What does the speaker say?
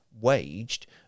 waged